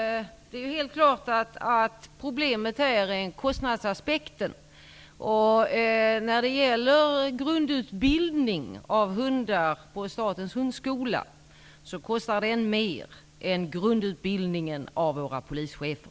Fru talman! Det är helt klart att problemet är kostnadsaspekten. Grundutbildningen av hundar på Statens hundskola kostar mer än grundutbildningen av våra polischefer.